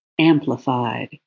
amplified